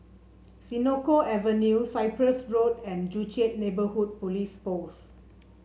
Senoko Avenue Cyprus Road and Joo Chiat Neighbourhood Police Post